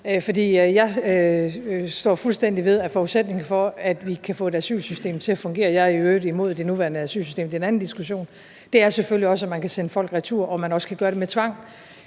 Jeg står fuldstændig ved, at forudsætningen for, at vi kan få et asylsystem til at fungere – jeg er i øvrigt imod det nuværende asylsystem, men det er en anden diskussion – selvfølgelig også er, at man kan sende folk retur, og at man også kan gøre det med tvang.